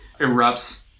erupts